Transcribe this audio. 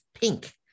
pink